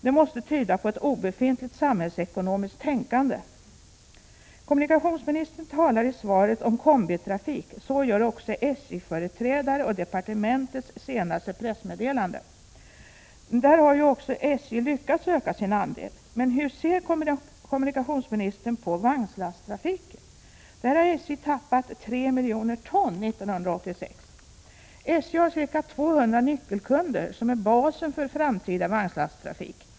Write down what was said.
Detta måste tyda på ett obefintligt samhällsekonomiskt tänkande. Kommunikationsministern talar i svaret om kombitrafik. Så gör också SJ-företrädare, och så görs i departementets senaste pressmeddelande. Där har SJ också lyckats öka sin andel. Men hur ser kommunikationsministern på vagnslasttrafiken? Där har SJ tappat 3 miljoner ton 1986. SJ har ca 200 nyckelkunder, som utgör basen för framtida vagnslasttrafik.